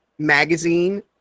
Magazine